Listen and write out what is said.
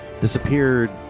disappeared